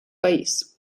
país